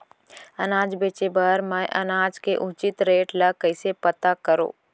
अनाज बेचे बर मैं अनाज के उचित रेट ल कइसे पता करो?